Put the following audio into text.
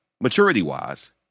maturity-wise